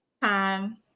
time